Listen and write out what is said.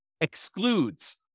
excludes